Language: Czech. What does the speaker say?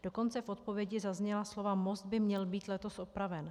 Dokonce v odpovědi zazněla slova: most by měl být letos opraven.